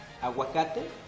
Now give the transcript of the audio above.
aguacate